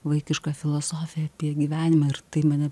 vaikišką filosofiją apie gyvenimą ir tai mane